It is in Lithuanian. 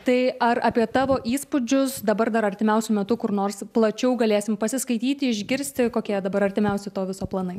tai ar apie tavo įspūdžius dabar dar artimiausiu metu kur nors plačiau galėsim pasiskaityti išgirsti kokie dabar artimiausi to viso planai